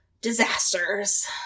disasters